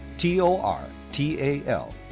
T-O-R-T-A-L